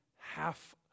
half